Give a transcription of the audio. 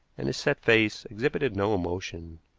and his set face exhibited no emotion.